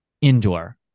indoor